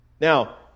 Now